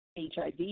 HIV